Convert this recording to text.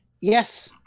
yes